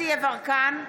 גדי יברקן,